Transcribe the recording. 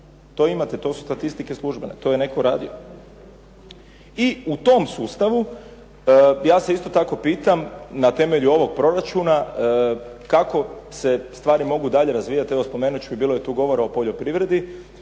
To imate, to su statistike službene, to je netko radio. I u tom sustavu, ja se isto tako pitam na temelju ovog proračuna, kako se stvari mogu dalje razvijati. Evo spomenut ću bilo je tu govora o poljoprivredi,